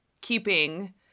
keeping